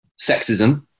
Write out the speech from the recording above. sexism